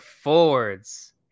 Fords